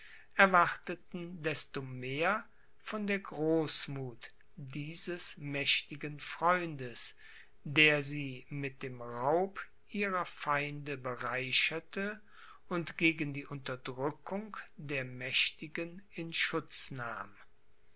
erwarteten desto mehr von der großmuth dieses mächtigen freundes der sie mit dem raub ihrer feinde bereicherte und gegen die unterdrückung der mächtigen in schutz nahm